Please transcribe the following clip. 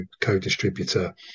co-distributor